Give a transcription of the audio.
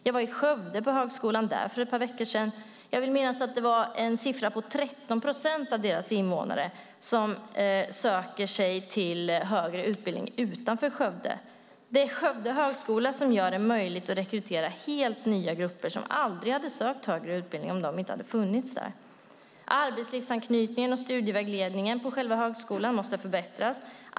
Jag var på Högskolan i Skövde för ett par veckor sedan och vill minnas att 13 procent av Skövdes invånare söker sig till högre utbildning utanför Skövde. Det är Skövde högskola som gör det möjligt att rekrytera helt nya grupper, som aldrig hade sökt högre utbildning om högskolan inte funnits där. Arbetslivsanknytningen och studievägledningen på själva högskolan måste förbättras.